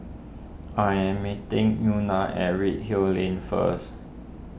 I am meeting Euna at Redhill Lane first